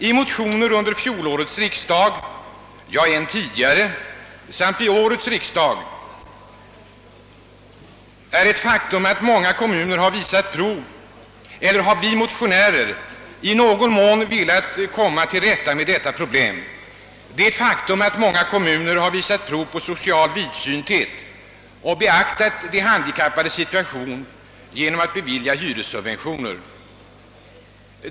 I motioner under fjolårets riksdag, ja, än tidigare, samt vid årets riksdag har vi motionärer i någon mån welat komma till rätta med detta problem. Det är ett faktum att många kommuner har visat prov på social vidsynthet och beaktat de handikappades situation genom att bevilja hyressubventioner.